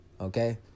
okay